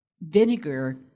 Vinegar